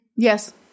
Yes